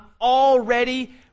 already